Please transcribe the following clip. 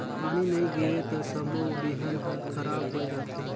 पानी नई गिरे त सबो बिहन हर खराब होए जथे